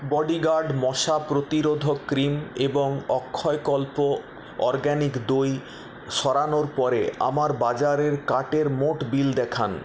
bodyguard মশা প্রতিরোধক cream এবং অক্ষয়কল্প অরগ্যানিক দই সরানোর পরে আমার বাজারের কার্টের মোট বিল দেখান